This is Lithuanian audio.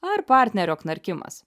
ar partnerio knarkimas